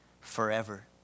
forever